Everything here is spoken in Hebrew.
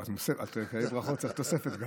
עם כאלה ברכות צריך גם תוספת,